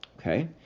Okay